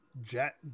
jet